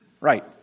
Right